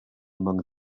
among